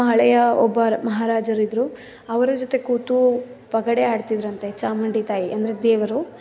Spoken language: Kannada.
ನಮ್ಮ ಹಳೆಯ ಒಬ್ಬ ಮಹಾರಾಜರಿದ್ದರು ಅವರ ಜೊತೆ ಕೂತು ಪಗಡೆ ಆಡ್ತಿದ್ದರಂತೆ ಚಾಮುಂಡಿ ತಾಯಿ ಅಂದರೆ ದೇವರು